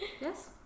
Yes